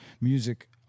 music